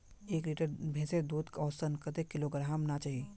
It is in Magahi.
एक लीटर भैंसेर दूध औसतन कतेक किलोग्होराम ना चही?